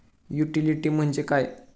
Utility म्हणजे काय?